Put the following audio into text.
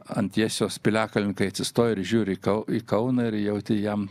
ant jiesios piliakalnio kai atsistoji ir žiūri į kau kauną ir jauti jam